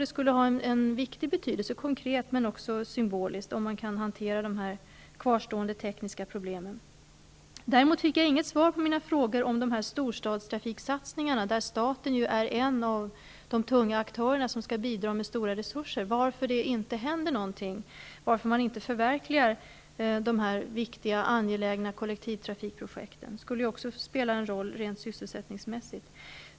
Det skulle ha en stor betydelse konkret men också symboliskt, om man kan hantera de kvarstående tekniska problemen. Däremot fick jag inte något svar på mina frågor om storstadstrafiksatsningarna, där staten är en av de tunga aktörerna som skall bidra med stora resurser. De skulle också spela en roll sysselsättningsmässigt.